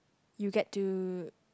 you get to